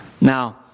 Now